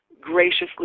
graciously